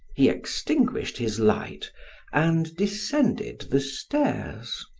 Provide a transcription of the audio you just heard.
he extinguished his light and descended the stairs.